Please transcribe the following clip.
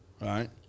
right